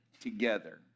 together